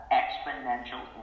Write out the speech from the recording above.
exponential